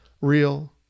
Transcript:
real